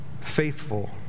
faithful